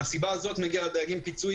מהסיבה הזאת מגיע לדייגים פיצוי,